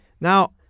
Now